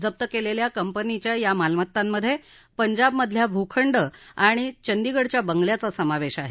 जप्त केलेल्या कंपनीच्या या मालमत्तांमधे पंजाबमधल्या भूखंड आणि चंदीगडच्या बंगल्याचा समावेश आहे